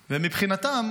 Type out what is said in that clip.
ומבחינתם,